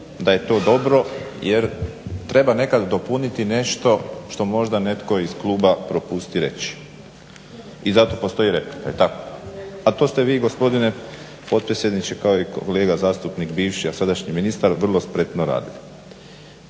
da je to dobro jer treba nekad dopuniti nešto što možda netko iz kluba propusti reći. I zato postoji replika. A to ste vi gospodine potpredsjedniče kao i kolega zastupnik bivši a sadašnji ministar vrlo spretno radili.